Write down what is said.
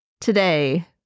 Today